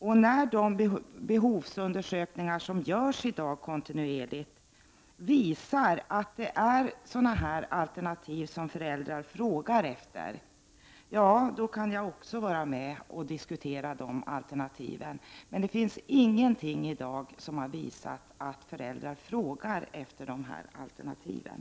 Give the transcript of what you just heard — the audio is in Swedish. Den dag de behovsundersökningar som nu kontinuerligt görs visar att det är sådana alternativ som föräldrar frågar efter kan jag också diskutera dem. Men det finns i dag inget som visar att föräldrar frågar efter de alternativen.